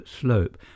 slope